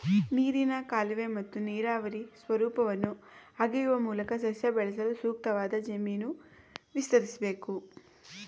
ನೀರಿನ ಕಾಲುವೆ ಮತ್ತು ನೀರಾವರಿ ಸ್ವರೂಪವನ್ನು ಅಗೆಯುವ ಮೂಲಕ ಸಸ್ಯ ಬೆಳೆಸಲು ಸೂಕ್ತವಾದ ಜಮೀನು ವಿಸ್ತರಿಸ್ಬೇಕು